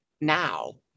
now